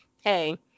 Hey